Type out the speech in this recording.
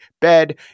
bed